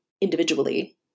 individually